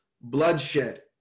bloodshed